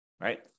right